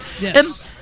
Yes